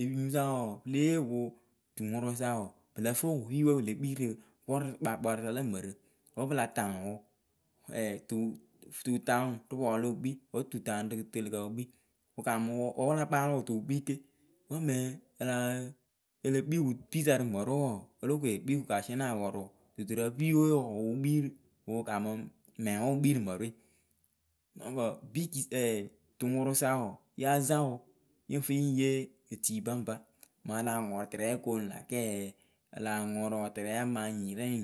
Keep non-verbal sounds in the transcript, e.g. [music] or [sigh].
enyipǝ sa wɔɔ pɨle yee wɨ tuŋʊrʊsa wɔɔ pɨlǝ fɨ wʊ piiwe pɩle kpii rɨ vɔrǝ kpaakparɨ sa lǝ mǝrǝ wǝ pɨla taŋwʊ. [hesitation] tu tutaŋwʊ rɨ pɔlʊ wɨ kpii, wɨ tutaŋwʊ rɨ kɨtɨɨlɨkǝ wɨ kpii wɨ kaamɨwʊ wǝ wɨla kpaalʊ wɨ tɨ wɨ kpii ke wǝ mɨŋ ǝlǝ ele wʊ piwɨsa rɨ mǝrɨwe wɔɔ olokore kpiiwu kasiɛnɩ apɔrʊwʊ dudurǝ piiwe wʊ wɨ kpii wɨ wǝ kaamɨ mɛŋwe wɨ kpii rɨ mǝrɨwe [hesitation] biki [hesitation] tuŋʊrʊsa wɔɔ ya zaŋ wʊ yɨŋ fɨ yɨŋ yee etii baŋba malaŋʊrʊ tɨrɛ okoonu lä k. a láa ŋʊrʊ tɨrɛ amaŋ nyirɛŋ